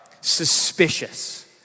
suspicious